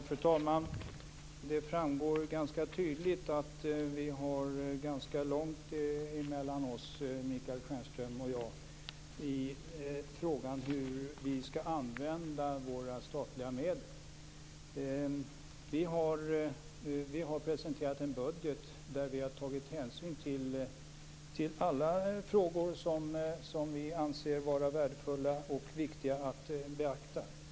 Fru talman! Det framgår tydligt att Michael Stjernström och jag har ganska långt mellan oss när det gäller frågan om hur vi skall använda våra statliga medel. Vi har presenterat en budget där vi har tagit hänsyn till alla frågor som vi anser vara värdefulla och viktiga att beakta.